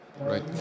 Right